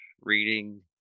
reading